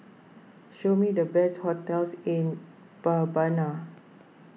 show me the best hotels in Bahebana